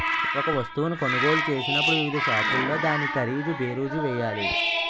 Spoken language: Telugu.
ఒక వస్తువును కొనుగోలు చేసినప్పుడు వివిధ షాపుల్లో దాని ఖరీదు బేరీజు వేయాలి